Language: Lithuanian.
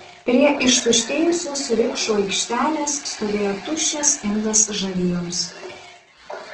prie ištuštėjusios rikšų aikštelės stovėjo tuščias indas žarijoms